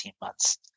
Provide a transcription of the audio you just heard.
months